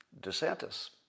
DeSantis